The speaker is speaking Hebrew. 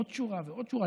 עוד שורה ועוד שורה.